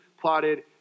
plotted